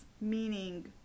meaning